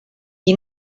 qui